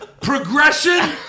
Progression